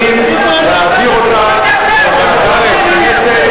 מדברים כאן על שני דברים עיקריים: האחד,